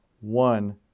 one